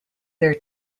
their